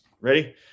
Ready